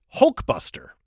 Hulkbuster